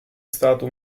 stato